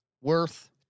worth